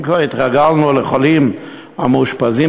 אם כבר התרגלנו לחולים המאושפזים